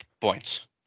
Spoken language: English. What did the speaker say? points